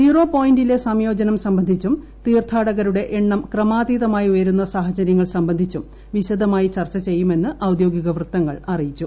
zero പോയിന്റിലെ സംയോജനം സംബന്ധിച്ചും തീർത്ഥാടകരുടെ എണ്ണം ക്രമാതീതമായി ഉയരുന്ന സാഹചര്യങ്ങൾ സംബന്ധിച്ചും വിശദമായി ചർച്ചു ചെയ്യുമെന്നും ഓദ്യോഗിക വൃത്തങ്ങൾ അറിയിച്ചു